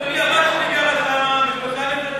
אדוני, הבת שלי גרה שם כן.